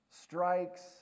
strikes